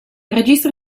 registri